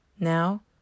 Now